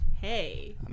Hey